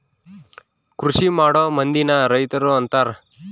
ಕೃಷಿಮಾಡೊ ಮಂದಿನ ರೈತರು ಅಂತಾರ